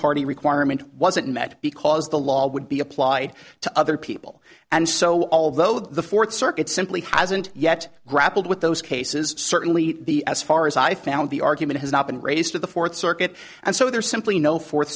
party requirement wasn't met because the law would be applied to other people and so although the fourth circuit simply hasn't yet grappled with those cases certainly the as far as i found the argument has not been raised to the fourth circuit and so there's simply no fourth